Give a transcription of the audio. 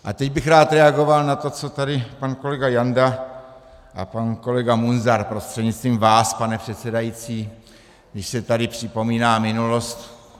A teď bych rád reagoval na to, co tady pan kolega Janda a pan kolega Munzar, prostřednictvím vás, pane předsedající, když se tady připomíná minulost.